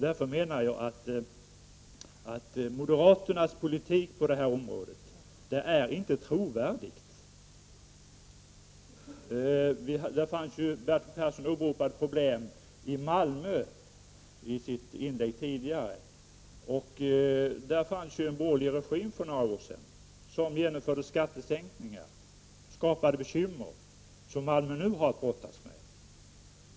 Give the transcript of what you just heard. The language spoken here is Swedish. Därför menar jag att moderaternas politik på detta område inte är trovärdig. Bertil Persson åberopade i sitt tidigare inlägg problem i Malmö. Malmö var ju borgerligt styrd för några år sedan. Då genomfördes skattesänkningar och bekymmer uppstod som Malmö nu har att brottas med.